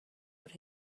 what